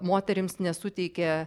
moterims nesuteikė